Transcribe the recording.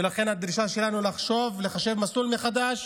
ולכן הדרישה שלנו, לחשוב, לחשב מסלול מחדש